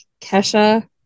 kesha